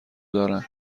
دارن